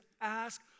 ask